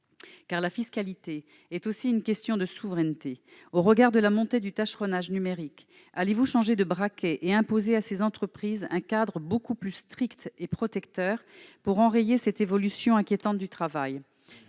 la fiscalité est aussi une question de souveraineté. Au regard de l'augmentation du tâcheronnage numérique, allez-vous changer de braquet, et imposer à ces entreprises un cadre beaucoup plus strict et protecteur, afin d'enrayer cette évolution inquiétante du travail ?